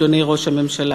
אדוני ראש הממשלה,